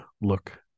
look